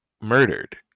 murdered